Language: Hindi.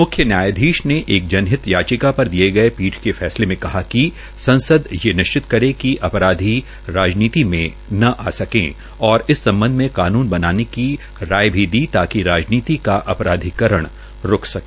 मुख्य न्यायाधीश ने एक जनहित याचिका पर दिये पर दिये गये फैसले में कहा है कि संसद ये निश्चित करे कि अपराधी राजनीति न आये और इस सम्बध में कानून बनाने की राय भी दी ताकि राजनीति का अपराधीकरण रूक सके